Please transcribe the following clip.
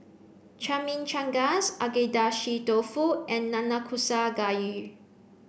Chimichangas Agedashi dofu and Nanakusa gayu